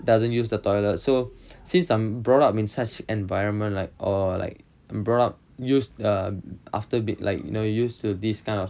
doesn't use the toilet so since I'm brought up in such an environment like orh like brought up use uh after be like you know used to these kind of